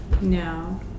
No